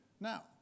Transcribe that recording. Now